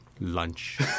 Lunch